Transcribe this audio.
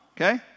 Okay